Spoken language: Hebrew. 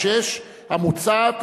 נתקבלה.